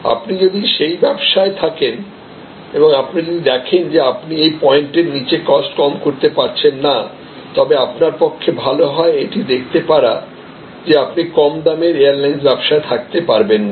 আপনি যদি সেই ব্যবসায় থাকেন এবং আপনি যদি দেখেন যে আপনি এই পয়েন্টের নীচে কস্ট কম করতে পারছেন না তবে আপনার পক্ষে ভাল হয় এটি দেখতে পারা যে আপনি কম দামের এয়ারলাইন্স ব্যবসায় থাকতে পারবেন না